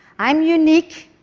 i'm unique,